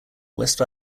west